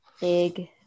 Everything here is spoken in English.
big